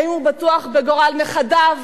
האם הוא בטוח בגורל נכדיו,